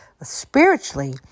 Spiritually